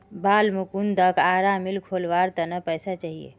बालमुकुंदक आरा मिल खोलवार त न पैसा चाहिए